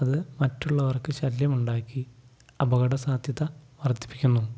അതു മറ്റുള്ളവർക്കു ശല്യമുണ്ടാക്കി അപകട സാധ്യത വർദ്ധിപ്പിക്കുന്നു